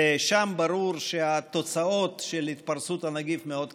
שם ברור שהתוצאות של התפרצות הנגיף מאוד קשות,